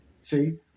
See